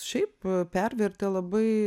šiaip pervertė labai